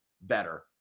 better